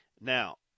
Now